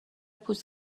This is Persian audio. پوست